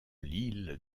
l’île